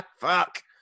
Fuck